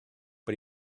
but